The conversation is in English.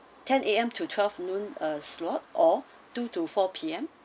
ten A_M to twelve noon a slot or two to four P_M